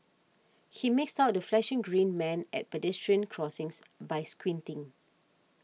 he makes out the flashing green man at pedestrian crossings by squinting